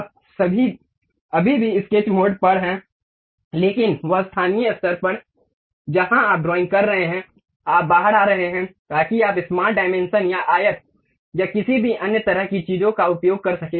आप अभी भी स्केच मोड पर हैं लेकिन वह स्थानीय स्तर जहां आप ड्राइंग कर रहे हैं आप बाहर आ रहे हैं ताकि आप स्मार्ट डायमेंशन या आयत या किसी भी अन्य तरह की चीजों का उपयोग कर सकें